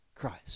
Christ